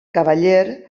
cavaller